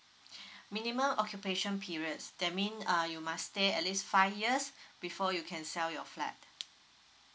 minimum occupation periods that mean uh you must stay at least five years before you can sell your flat